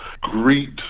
greet